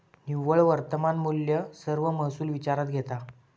निव्वळ वर्तमान मुल्य सर्व महसुल विचारात घेता